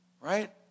right